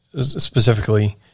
specifically